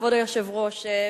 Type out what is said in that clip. כבוד היושב-ראש,